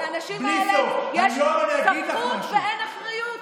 לאנשים האלה יש סמכות ואין אחריות.